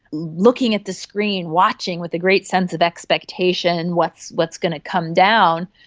looking at the screen, watching with a great sense of expectation, what's what's going to come down,